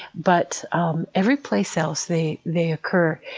but um every place else, they they occur.